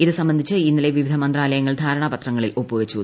ഇത് സംബന്ധിച്ച് ഇന്നലെ വിവിധ മന്ത്രാലയങ്ങ്ൾ ്യാരണാപത്രങ്ങളിൽ ഒപ്പുവച്ചു